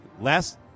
last